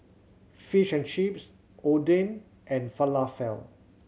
Fish and Chips Oden and Falafel